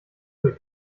will